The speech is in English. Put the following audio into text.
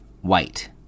white